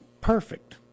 perfect